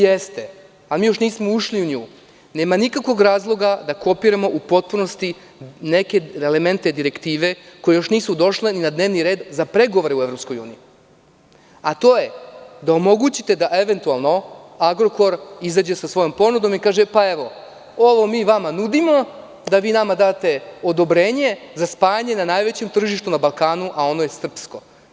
Jeste, ali mi još uvek nismo ušli u nju i nema nikakvog razloga da kopiramo u potpunosti neke elemente direktive koje još nisu došle ni na dnevni red za pregovore u EU, a to je da omogućite da eventualno „Agrokor“ izađe sa svojom ponudom i kaže – ovo mi vama nudimo, da vi nama date odobrenje za spajanjem na najvećem tržištu na Balkanu, a ono je srpsko.